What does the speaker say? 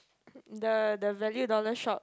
the the value dollar shop